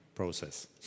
process